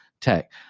tech